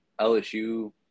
LSU